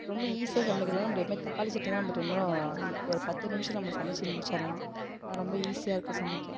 ரொம்ப ஈஸியாக சமைக்கிறதுன்னால் எப்பவுமே தக்காளி சட்னி தான் இ ஒரு பத்து நிமிஷத்தில் நம்ம சமைச்சி முடிச்சிடலாம் அது ரொம்ப ஈஸியாக இருக்கும் சமைக்க